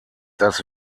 das